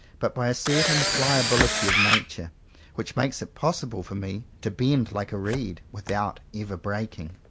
but by a certain pliability of nature which makes it possible for me to bend like a reed, without ever breaking.